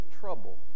trouble